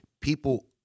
people